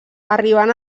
arribant